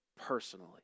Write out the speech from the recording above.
personally